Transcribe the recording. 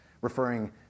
referring